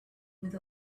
with